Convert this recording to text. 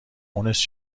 مونس